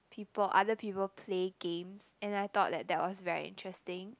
people other people play games and I thought that that was very interesting